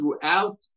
throughout